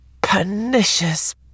pernicious